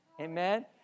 Amen